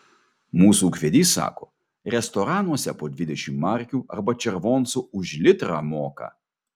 mūsų ūkvedys sako restoranuose po dvidešimt markių arba červoncų už litrą moka